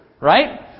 Right